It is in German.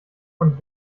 von